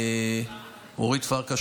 אורית פרקש.